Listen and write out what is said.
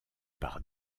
par